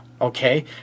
okay